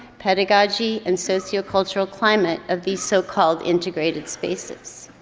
pedagogy and sociocultural climate of these so-called integrated spaces.